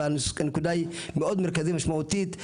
והנקודה היא מאוד מרכזית ומשמעותית,